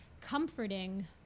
comforting